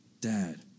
Dad